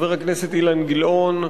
חבר הכנסת גילאון,